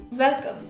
Welcome